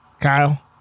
Kyle